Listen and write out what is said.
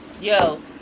Yo